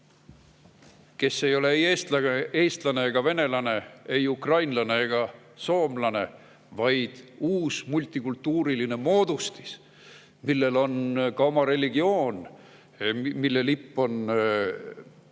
kes ei ole ei eestlased ega venelased, ukrainlased ega soomlased, vaid see on uus multikultuuriline moodustis, millel on ka oma religioon, mille lipp on